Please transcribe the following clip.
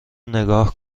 نگاه